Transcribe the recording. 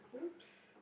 !oops!